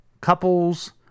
couples